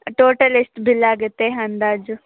total ಎಷ್ಟು bill ಆಗುತ್ತೆ ಅಂದಾಜು